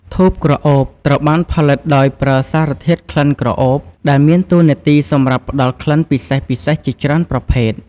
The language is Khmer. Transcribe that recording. ធូបក្រអូបត្រូវបានផលិតដោយប្រើសារធាតុក្លិនក្រអូប ដែលមានតួនាទីសម្រាប់ផ្តល់ក្លិនពិសេសៗជាច្រើនប្រភេទ។